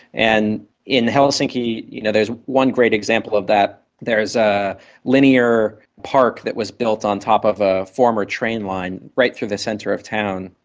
and in helsinki you know there is one great example of that, there is a linear park that was built on top of a former train line right through the centre of town,